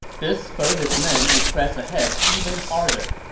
this spurred his men to press ahead even harder,